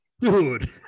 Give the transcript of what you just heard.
dude